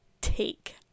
take